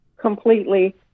completely